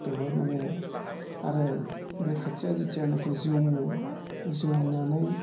गोबां माने आरो बे खोथिया जेतियानेकि जौवो जौनानै